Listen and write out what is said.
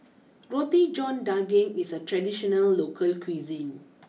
Roti John Daging is a traditional local cuisine